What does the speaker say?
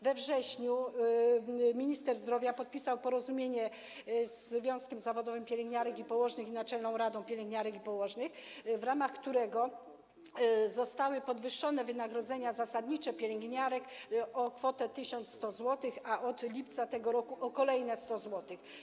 We wrześniu minister zdrowia podpisał porozumienie z Ogólnopolskim Związkiem Zawodowym Pielęgniarek i Położnych i Naczelną Radą Pielęgniarek i Położnych, w ramach którego zostały podwyższone wynagrodzenia zasadnicze pielęgniarek o kwotę 1100 zł, a od lipca tego roku - o kolejne 100 zł.